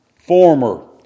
former